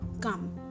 come